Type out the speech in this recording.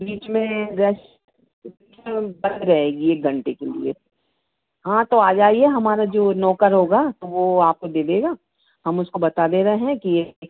बीच में रश बंद रहेगी एक घंटे के लिए हाँ तो आ जाइए हमारा जो नौकर होगा तो वह आपको दे देगा हम उसको बता दे रहे हैं कि यह एक